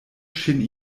ŝin